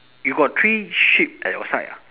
you got three sheep at your side ah